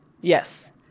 yes